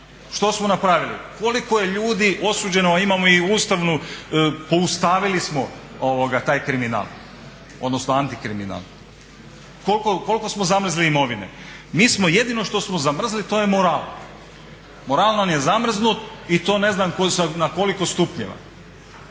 Što smo napravili? Koliko je ljudi osuđeno, a imamo i ustavnu, poustavili smo taj kriminal, odnosno antikriminal. Koliko smo zamrzli imovine? Mi smo jedino što smo zamrzli to je moral. Moral nam je zamrznut i to ne znam na koliko stupnjeva.